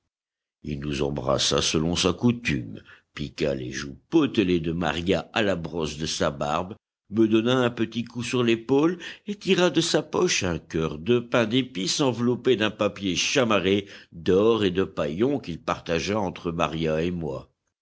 il nous embrassa selon sa coutume piqua les joues potelées de maria à la brosse de sa barbe me donna un petit coup sur l'épaule et tira de sa poche un cœur de pain d'épice enveloppé d'un papier chamarré d'or et de paillon qu'il partagea entre maria et moi